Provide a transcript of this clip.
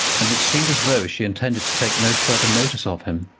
and it seemed as though she intended to take no further notice of him.